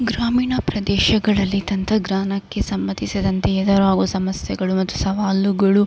ಗ್ರಾಮೀಣ ಪ್ರದೇಶಗಳಲ್ಲಿ ತಂತ್ರಜ್ಞಾನಕ್ಕೆ ಸಮ್ಮತಿಸಿದಂತೆ ಎದುರಾಗೊ ಸಮಸ್ಯೆಗಳು ಮತ್ತು ಸವಾಲುಗಳು